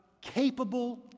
capable